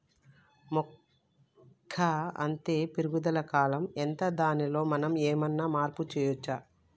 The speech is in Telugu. మొక్క అత్తే పెరుగుదల కాలం ఎంత దానిలో మనం ఏమన్నా మార్పు చేయచ్చా?